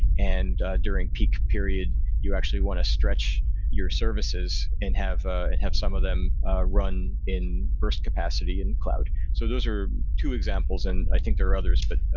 and during peak period, you actually want to stretch your services and have ah and have some of them run in burst capacity in cloud. so those are two examples, and i think there are others. but